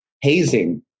hazing